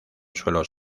suelos